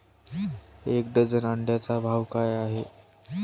एक डझन अंड्यांचा भाव काय आहे?